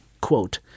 quote